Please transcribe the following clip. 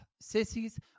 sissies